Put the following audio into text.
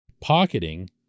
pocketing